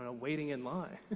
ah waiting in line.